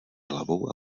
hlavou